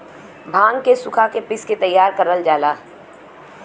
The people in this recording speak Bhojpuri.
भांग के सुखा के पिस के तैयार करल जाला